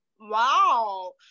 wow